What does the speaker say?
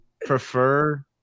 prefer